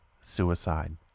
suicide